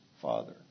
father